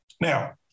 Now